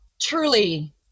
truly